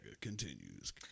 continues